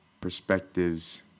perspectives